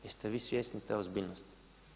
Jeste li vi svjesni te ozbiljnosti?